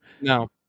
no